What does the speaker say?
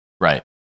Right